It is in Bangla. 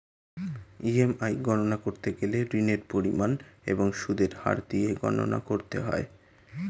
ই.এম.আই গণনা করতে গেলে ঋণের পরিমাণ এবং সুদের হার দিয়ে গণনা করতে হয়